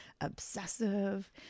obsessive